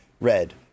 red